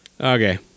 Okay